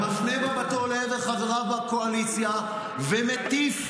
מפנה מבטו לעבר חבריו בקואליציה ומטיף,